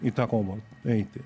į tą kovą eiti